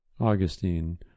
Augustine